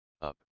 up